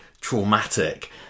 traumatic